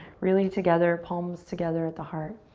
really together, palms together at the heart.